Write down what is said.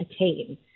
attain